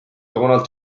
donald